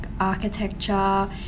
architecture